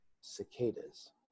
cicadas